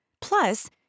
Plus